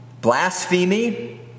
blasphemy